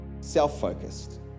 self-focused